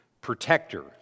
protector